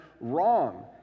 wrong